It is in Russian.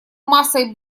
массой